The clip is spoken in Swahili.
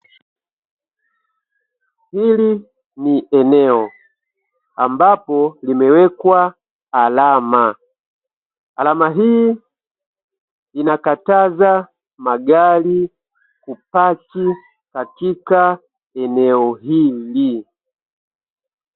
Hili ni eneo, ambapo limewekwa alama. Alama hii inakataza magari kupaki katika eneo hili.